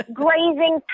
grazing